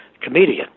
comedian